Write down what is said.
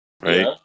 right